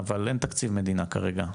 אבל אין תקציב מדינה כרגע.